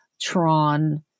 Tron